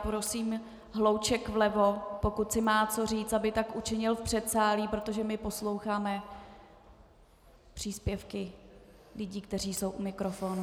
Prosím hlouček vlevo, pokud si má co říct, aby tak učinil v předsálí, protože my posloucháme příspěvky lidí, kteří jsou u mikrofonu.